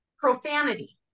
profanity